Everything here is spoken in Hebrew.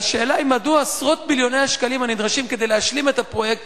והשאלה היא מדוע עשרות מיליוני השקלים הנדרשים כדי להשלים את הפרויקט,